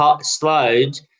slowed